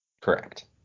Correct